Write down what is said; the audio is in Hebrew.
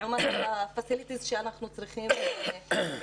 לעומת הפסיליטיז שאנחנו צריכים לתחזק.